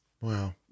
Wow